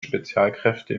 spezialkräfte